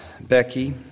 becky